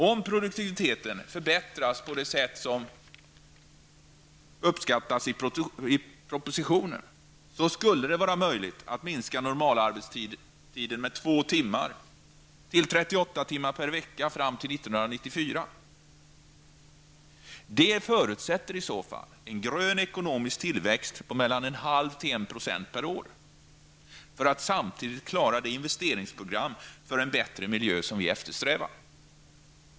Om produktiviteten kan förbättras på det sätt som förutsätts i propositionen, skulle det vara möjligt att minska normalarbetstiden med 2 timmar till 38 timmar per vecka fram till 1994. Det förutsätter i så fall en grön ekonomisk tillväxt på mellan 0,5 och 1 % om året för att samtidigt klara det investeringsprogram för en bättre miljö som vi eftersträvar.